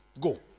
go